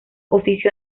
oficio